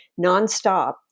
nonstop